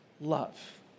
love